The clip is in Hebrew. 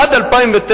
עד 2009,